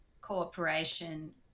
cooperation